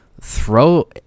throw